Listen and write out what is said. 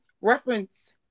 reference